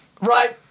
Right